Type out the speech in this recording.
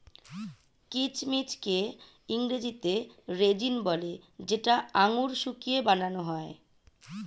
কিচমিচকে ইংরেজিতে রেজিন বলে যেটা আঙুর শুকিয়ে বানান হয়